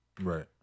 Right